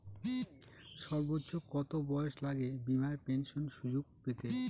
সর্বোচ্চ কত বয়স লাগে বীমার পেনশন সুযোগ পেতে?